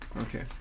Okay